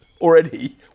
already